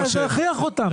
אז נכריח אותם,